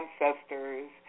ancestors